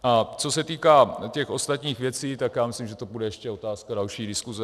A co se týká těch ostatních věcí, tak myslím, že to bude ještě otázka další diskuse.